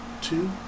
Two